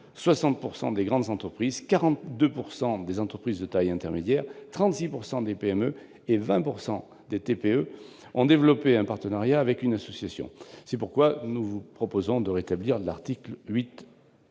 60 % des grandes entreprises, 42 % des entreprises de taille intermédiaire, 36 % des PME et 20 % des TPE ont développé un partenariat avec une association. C'est pourquoi nous proposons le rétablissement de l'article 8.